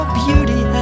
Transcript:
beauty